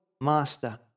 Master